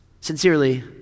Sincerely